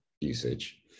usage